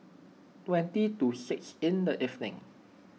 twenty to six in the evening